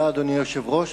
אדוני היושב-ראש,